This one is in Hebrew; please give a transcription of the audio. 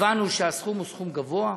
הבנו שהסכום הוא סכום גבוה,